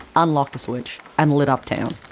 unlocked a switch and lit up town,